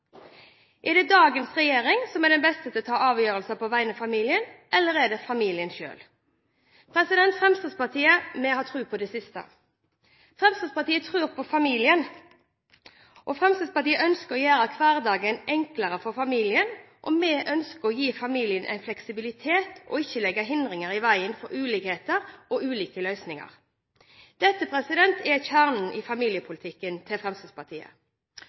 Er det dagens regjering som er best til å ta avgjørelser på vegne av familien, eller er det familien selv? Fremskrittspartiet har tro på det siste. Fremskrittspartiet tror på familien, Fremskrittspartiet ønsker å gjøre hverdagen enklere for familien, og vi ønsker å gi familien en fleksibilitet og ikke legge hindringer i veien for ulikheter og ulike løsninger. Dette er kjernen i familiepolitikken til Fremskrittspartiet.